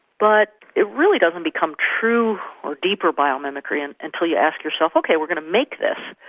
but it really doesn't become true or deeper biomimicry and until you ask yourself ok, we're going to make this.